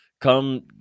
Come